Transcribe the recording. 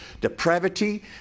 depravity